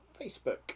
facebook